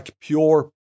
pure